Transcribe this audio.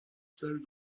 seul